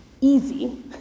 Easy